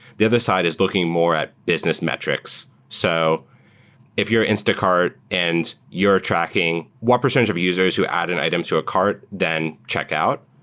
the other side is looking more at business metrics. so if you're instacart and you're tracking what percentage of users who add in items to a cart, then check out.